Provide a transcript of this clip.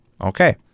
Okay